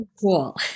cool